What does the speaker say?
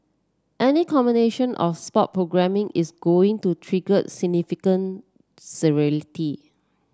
any combination of sport programming is going to trigger significant